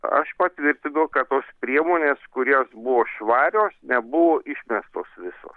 aš patvirtinu kad tos priemonės kurios buvo švarios nebuvo išmestos visos